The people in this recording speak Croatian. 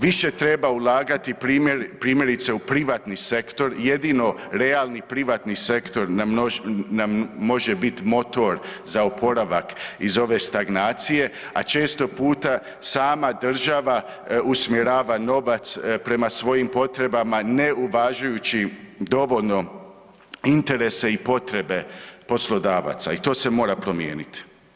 Više treba ulagati primjerice u privatni sektor, jedino realni privatni sektor nam može biti motor za oporavak iz ove stagnacije, a često puta sama država usmjerava novac prema svojim potrebama neuvažujući dovoljno interese i potrebe poslodavaca i to se mora promijeniti.